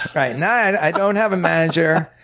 right. now i don't have a manager,